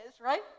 right